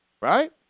right